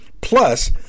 plus